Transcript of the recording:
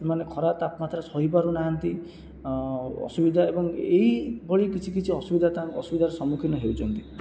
ସେମାନେ ଖରା ତାପମାତ୍ରା ସହି ପାରୁନାହାନ୍ତି ଅସୁବିଧା ଏବଂ ଏଇ ଭଳି କିଛି କିଛି ଅସୁବିଧା ଅସୁବିଧାର ସମ୍ମୁଖୀନ ହେଉଛନ୍ତି